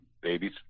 babies